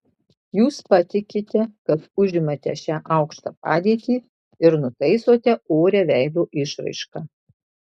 jūs patikite kad užimate šią aukštą padėtį ir nutaisote orią veido išraišką